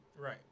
Right